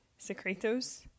Secretos